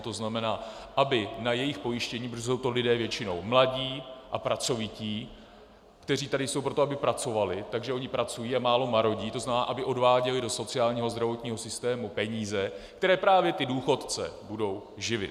To znamená, aby na jejich pojištění, protože jsou to lidé většinou mladí a pracovití, kteří tady jsou proto, aby pracovali, takže oni pracují a málo marodí, to znamená, aby odváděli do sociálního a zdravotního systému peníze, které právě ty důchodce budou živit.